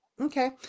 Okay